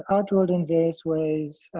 art world in this ways,